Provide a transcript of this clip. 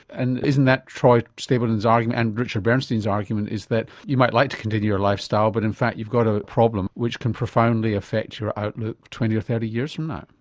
and isn't that troy stapleton's argument and richard bernstein's argument, that you might like to continue your lifestyle but in fact you've got a problem which can profoundly affect your outlook twenty or thirty years from now?